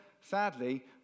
sadly